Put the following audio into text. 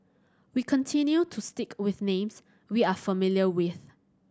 we continue to stick with names we are familiar with